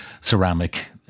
ceramic